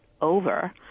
over